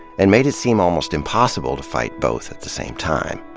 and made it seem almost impossible to fight both at the same time.